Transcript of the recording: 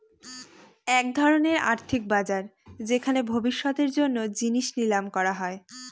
এক ধরনের আর্থিক বাজার যেখানে ভবিষ্যতের জন্য জিনিস নিলাম করা হয়